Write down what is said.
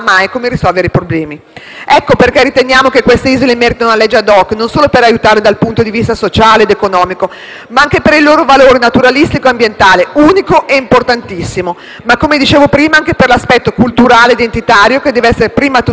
Ecco perché riteniamo che queste isole meritino una legge *ad hoc*, non solo per aiutarle dal punto di vista sociale ed economico, ma anche per il loro valore naturalistico e ambientale, unico e importantissimo e, come dicevo prima, anche per il loro aspetto culturale e identitario, che dev'essere anzitutto tutelato e poi valorizzato.